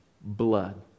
blood